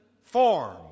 form